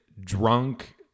drunk